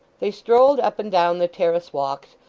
they strolled up and down the terrace walks,